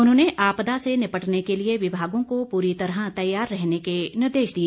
उन्होंने आपदा से निपटने के लिए विभागों को पूरी तरह तैयार रहने के निर्देश दिए